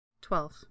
Twelve